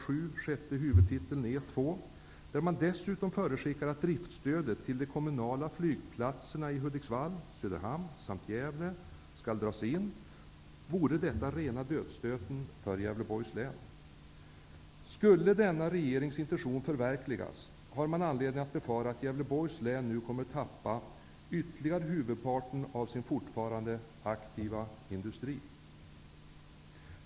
sjätte huvudtiteln E 2, där man dessutom förutskickade att driftstödet till de kommunala flygplatserna i Hudiksvall, Söderhamn samt Gävle skall dras in, vore detta rena dödsstöten för Om denna regerings intention skulle förverkligas, har man anledning att befara att Gävleborgs län nu kommer att förlora ytterligare huvudparten av sin fortfarande aktiva industri.